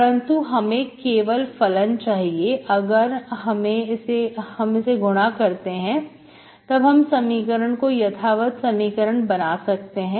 परंतु हमें केवल फलन चाहिए अगर हमें से गुणा करते हैं तब हम समीकरण को यथावत समीकरण बना सकते हैं